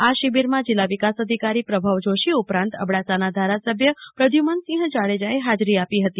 આ શિબિરમાં જિલ્લા વિકાસ અધિકારી પ્રભવ જોશી ઉપરાંત અબડાસાના ધારાસભ્ય પ્રદ્યુમનસિંહ જાડેજાએ હાજરી આપી હતી